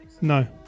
No